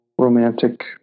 romantic